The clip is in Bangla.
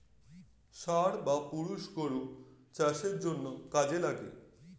ষাঁড় বা পুরুষ গরু চাষের জন্যে কাজে লাগে